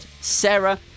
Sarah